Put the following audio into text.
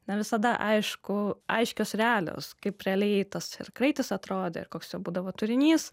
na visada aišku aiškios realios kaip realiai tas kraitis atrodė ir koks jo būdavo turinys